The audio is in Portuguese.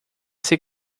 ser